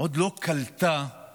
עוד לא קלטה את